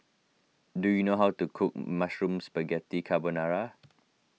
do you know how to cook Mushroom Spaghetti Carbonara